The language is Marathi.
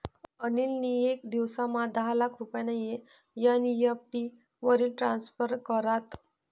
अनिल नी येक दिवसमा दहा लाख रुपया एन.ई.एफ.टी वरी ट्रान्स्फर करात